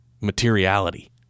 materiality